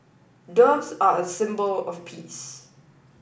doves are a symbol of peace